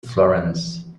florence